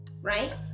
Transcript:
right